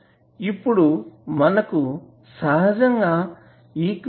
ఇప్పుడు మనకు సహజంగా ఈక్వేషన్